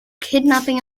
kidnapping